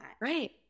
Right